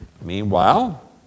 Meanwhile